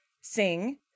Sing